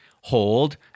hold